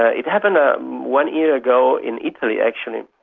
ah it happened ah one year ago in italy actually.